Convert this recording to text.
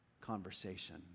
conversation